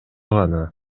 гана